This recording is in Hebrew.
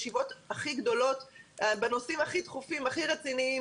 ישיבות הכי גדולות בנושאים הכי דחופים והכי רציניים,